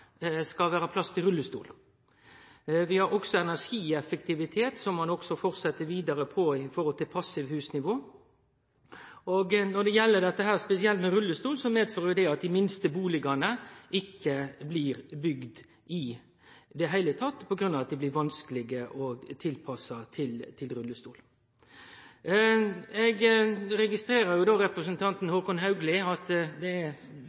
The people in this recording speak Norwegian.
skal vere plass til rullestol. Vi har også energieffektivitet, som ein går vidare på i forhold til passivhusnivå. Når det gjeld spesielt rullestol, medfører det at dei minste bustadene ikkje blir bygde i det heile, på grunn av at dei blir vanskelege å tilpasse til rullestol. Eg registrerer, etter å ha høyrt representanten Håkon Haugli, at det er